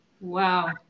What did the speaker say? Wow